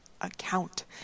account